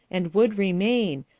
and would remain,